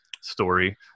story